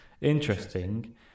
interesting